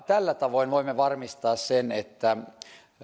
tällä tavoin voimme varmistaa sen että